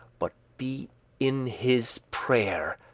but be in his prayere,